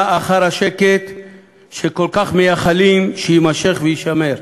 אחר השקט שכל כך מייחלים שיימשך ויישמר.